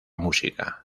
música